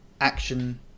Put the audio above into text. action